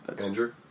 Andrew